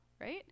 right